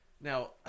now